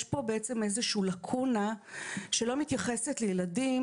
יש פה בעצם איזושהי לקונה שלא מתייחסת לילדים